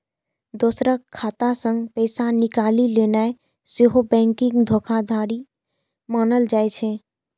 दोसरक खाता सं पैसा निकालि लेनाय सेहो बैंकिंग धोखाधड़ी मानल जाइ छै